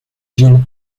jin